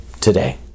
today